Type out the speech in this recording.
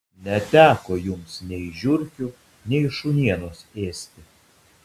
neteko jums nei žiurkių nei šunienos ėsti